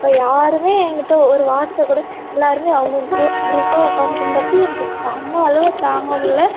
அப்போது யாருமே என்கிட்டே ஒரு வார்த்தை கூட எல்லாருமே அவங்கவுங்க குரூப் குரூப்பாக உட்காந்துட்டு இருந்தப்பையும் எனக்கு செமை அழுகை தாங்க முடில்ல